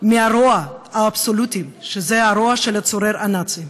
מהרוע האבסולוטי, שזה הרוע של הצורר הנאצי.